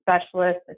specialist